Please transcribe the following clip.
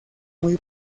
muy